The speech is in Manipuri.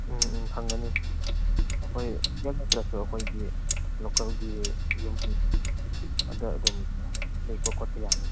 ꯎꯝ ꯎꯝ ꯐꯪꯒꯅꯤ ꯑꯩꯈꯣꯏ ꯔꯦꯟꯠ ꯅꯠꯇ꯭ꯔꯁꯨ ꯑꯩꯈꯣꯏꯒꯤ ꯂꯣꯀꯦꯜꯒꯤ ꯌꯨꯝ ꯑꯗꯨꯗ ꯑꯗꯨꯝ ꯂꯦꯛꯄ ꯈꯣꯠꯄ ꯌꯥꯅꯤ